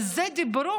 על זה דיברו.